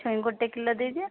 ଛୁଉଁ ଗୋଟେ କିଲୋ ଦେଇଦିଅ